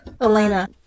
Elena